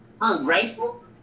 Ungrateful